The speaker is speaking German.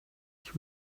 ich